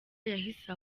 yahise